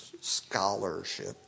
Scholarship